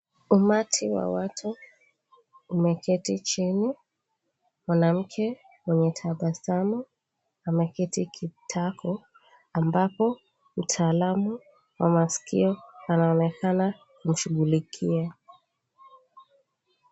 Umati wa watu umeketi chini, mwanamke mwenye tabasamu ameketi kitako ambapo mtaalamu wa masikio anaonekana kumshughulikia.